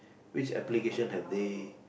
which application have they